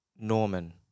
Norman